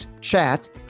chat